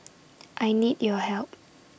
I need your help